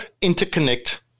interconnect